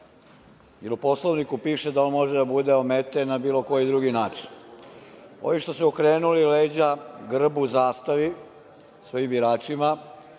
u Poslovniku piše da on može da bude ometen na bilo koji drugi način. Ovi što su okrenuli leđa grbu i zastavi, svojim biračima,